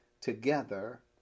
together